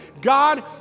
God